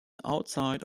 outside